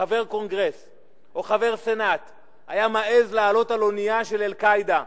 חבר קונגרס או חבר סנאט היה מעז לעלות על אונייה של "אל-קאעידה"